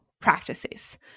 practices